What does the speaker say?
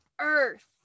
earth